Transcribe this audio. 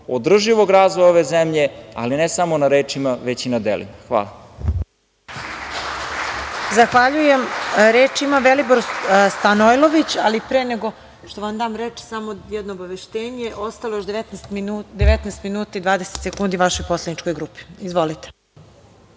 održivog razvoja ove zemlje, ali ne samo na rečima, veći i na delima. Hvala. **Marija Jevđić** Zahvaljujem. Reč ima Velibor Stanojlović. Pre nego što vam dam reč, samo jedno obaveštenje. Ostalo je još 19 minuta i 20 sekundi vašoj poslaničkoj grupi. Izvolite.